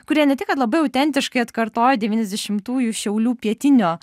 kurie ne tik kad labai autentiškai atkartoja devyniasdešimtųjų šiaulių pietinio